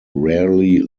rarely